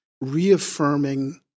reaffirming